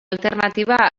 alternatiba